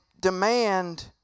demand